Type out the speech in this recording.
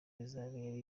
rizabera